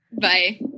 Bye